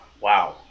wow